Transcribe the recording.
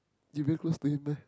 you very close to him meh